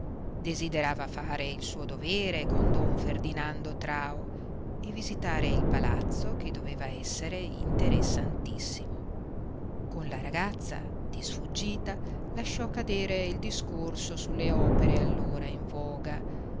desiderava fare il suo dovere con don ferdinando trao e visitare il palazzo che doveva essere interessantissimo con la ragazza di sfuggita lasciò cadere il discorso sulle opere allora in voga